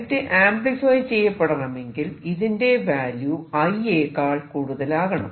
light amplify ചെയ്യപ്പെടണമെങ്കിൽ ഇതിന്റെ value I യെക്കാൾ കൂടുതലാവണം